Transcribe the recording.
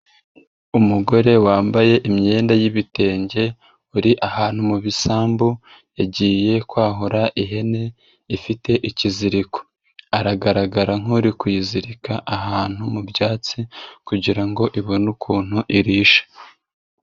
Umugore wambaye imyenda y'ibitenge, uri ahantu mu bisambu yagiye kwahura ihene, ifite ikiziriko. Aragaragara nk'uri kuyizirika ahantu mu byatsi kugira ngo ibone ukuntu irisha.